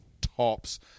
tops